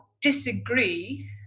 disagree